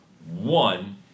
One